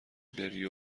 بری